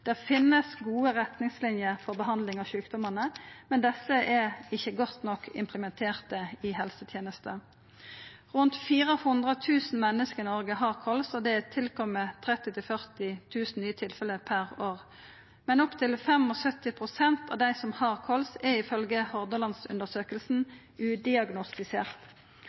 Det finst gode retningslinjer for behandling av sjukdomane, men desse er ikkje godt nok implementerte i helsetenesta. Rundt 400 000 menneske i Noreg har kols, og det kjem til 30 000–40 000 nye tilfelle per år. Men opptil 75 pst. av dei som har kols, er ifølgje Hordalandsundersøkelsen